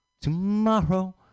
tomorrow